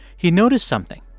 he noticed something.